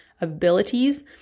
abilities